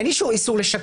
אין איסור לשקר.